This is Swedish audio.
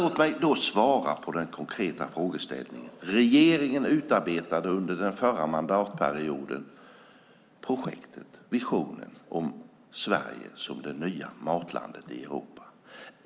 Låt mig svara på den konkreta frågeställningen: Regeringen utarbetade under den förra mandatperioden projektet och visionen om Sverige som det nya matlandet i Europa.